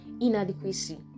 inadequacy